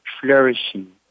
flourishing